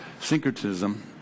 Syncretism